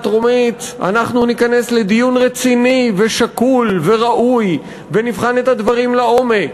הטרומית אנחנו ניכנס לדיון רציני ושקול וראוי ונבחן את הדברים לעומק.